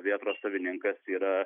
vėtros savininkas yra